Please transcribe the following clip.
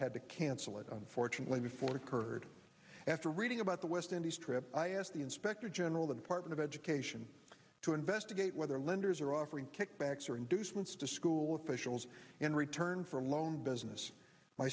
had to cancel it unfortunately before occurred after reading about the west indies trip i asked the inspector general the department of education to investigate whether lenders are offering kickbacks or inducements to school officials in return for loan business my